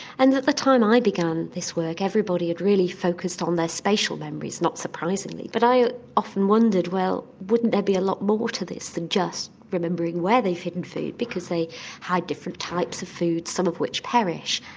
and at the time i began this work everybody had really focused on their spatial memories, not surprisingly, but i often wondered, well, wouldn't there be a lot more to this than just remembering where they've hidden food because they hide different types of foods, some of which perish.